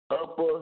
Upper